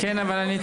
מורה מובילה,